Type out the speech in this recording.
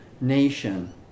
nation